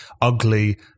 ugly